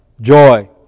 joy